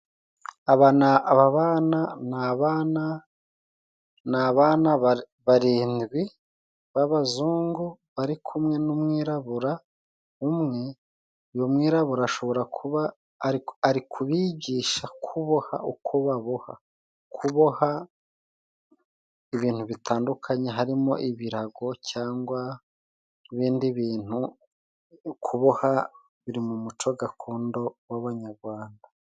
Aba bana ni abana barindwi b'abazungu bari kumwe n'umwirabura umwe. Uyu mwirabura ari kubigisha kuboha uko baboha ibintu bitandukanye harimo ibirago cyangwa ibindi bintu. Kuboha biri mu muco gakondo w'Abanyarwanda.